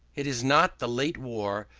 it is not the late war,